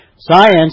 Science